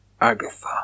Agatha